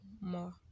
more